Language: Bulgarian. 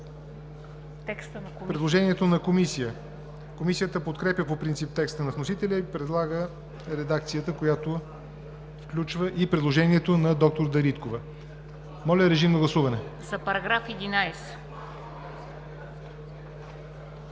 предложението на Комисията. Комисията подкрепя по принцип текста на вносителя и предлага редакцията, която включва и предложението на д р Дариткова за § 11. Моля, режим на гласуване. Гласували 187 народни